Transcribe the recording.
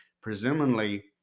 presumably